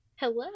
Hello